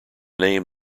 name